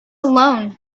alone